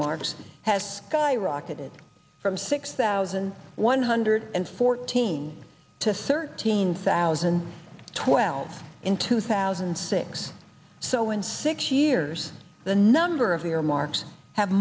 largest has skyrocketed from six thousand one hundred and fourteen to thirteen thousand and twelve in two thousand and six so in six years the number of earmarks have